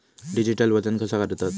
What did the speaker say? Digital वजन कसा करतत?